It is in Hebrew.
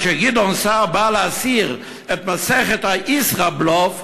כשגדעון סער בא להסיר את מסכת הישראבלוף,